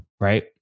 right